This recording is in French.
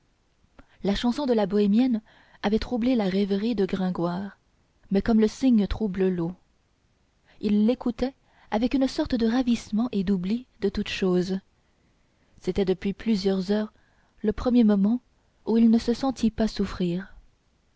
la chanson de la bohémienne avait troublé la rêverie de gringoire mais comme le cygne trouble l'eau il l'écoutait avec une sorte de ravissement et d'oubli de toute chose c'était depuis plusieurs heures le premier moment où il ne se sentît pas souffrir